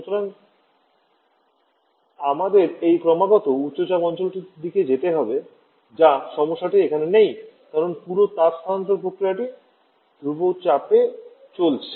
সুতরাং আমাদের একটি ক্রমাগত উচ্চ চাপ অঞ্চলের দিকে যেতে হবে যা সমস্যাটি এখানে নেই কারণ পুরো তাপ স্থানান্তর প্রক্রিয়া ধ্রুবক চাপে চলছে